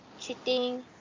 cheating